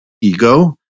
Ego